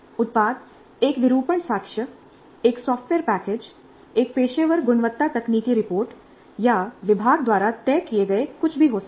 उत्पाद एक विरूपण साक्ष्य एक सॉफ्टवेयर पैकेज एक पेशेवर गुणवत्ता तकनीकी रिपोर्ट या विभाग द्वारा तय किए गए कुछ भी हो सकता है